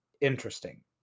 interesting